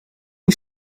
die